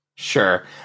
Sure